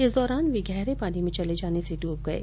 इस दौरान वे गहरे पानी में चले जाने से डूब गये